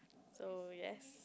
so yes